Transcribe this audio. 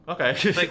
Okay